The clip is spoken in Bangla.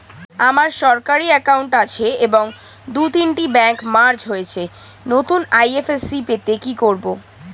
আমার সরকারি একাউন্ট আছে এবং দু তিনটে ব্যাংক মার্জ হয়েছে, নতুন আই.এফ.এস.সি পেতে কি করব?